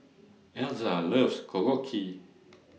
Elza loves Korokke